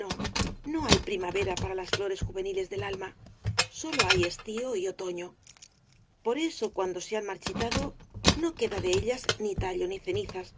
no no hay primavera para las flores juveniles del alma sólo hay estío y otoño por eso cuando se han marchitado no queda de ellas ni tallo ni cenizas